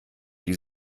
die